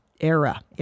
era